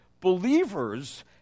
believers